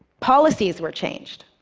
policies were changed.